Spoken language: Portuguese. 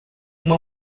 uma